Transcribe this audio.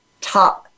top